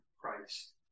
Christ